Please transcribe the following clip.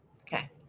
okay